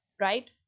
right